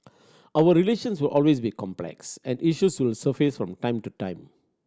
our relations will always be complex and issues will surface from time to time